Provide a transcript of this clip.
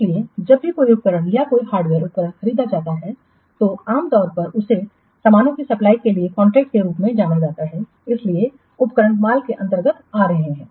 इसलिए जब भी कोई उपकरण या कोई हार्डवेयर उपकरण खरीदा जाता है तो आम तौर पर उसे सामानों की सप्लाई के लिए कॉन्ट्रैक्ट के रूप में जाना जाता है इसलिए उपकरण माल के अंतर्गत आ रहे हैं